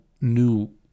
new